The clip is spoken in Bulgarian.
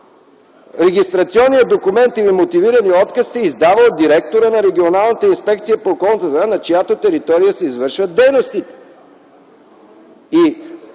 „Регистрационният документ или мотивираният отказ се издава от директора на Регионалната инспекция по околната среда и водите, на чиято територия се извършват дейностите.”